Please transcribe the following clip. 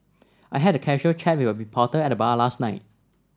I had a casual chat with a reporter at the bar last night